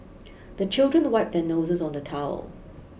the children wipe their noses on the towel